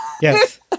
Yes